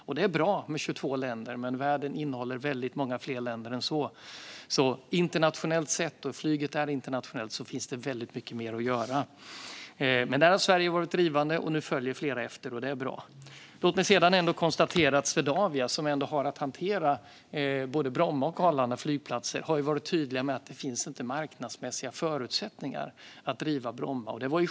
Det är bra med 22 länder, men världen innehåller väldigt många fler länder än så. Internationellt sett - och flyget är internationellt - finns det alltså väldigt mycket mer att göra. Men Sverige har varit drivande här, och nu följer flera andra länder efter. Det är bra. Låt mig sedan konstatera att Swedavia, som har att hantera både Bromma och Arlanda flygplatser har varit tydliga med att det inte finns marknadsmässiga förutsättningar att driva Bromma.